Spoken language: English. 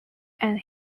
and